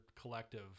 collective